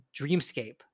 dreamscape